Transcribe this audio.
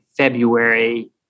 February